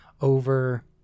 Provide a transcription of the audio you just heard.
over